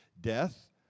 death